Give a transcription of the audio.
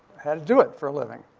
had to do it for a living.